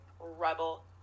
rebel